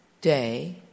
day